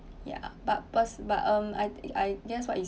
ya but pers~ uh but um I I guess what is